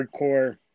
hardcore